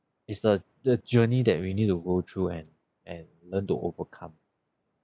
is the the journey that we need to go through and and learn to overcome